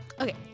Okay